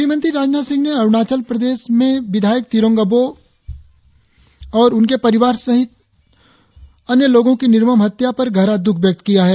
गृहमंत्री राजनाथ सिंह ने अरुणाचल प्रदेश में विधायक तिरांग आबोह और उनके परिवार सहित अन्य लोगों की निर्मम हत्या पर गहरा दुख व्यक्त किया है